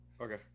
Okay